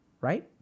Right